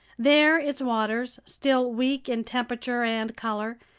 there its waters, still weak in temperature and color,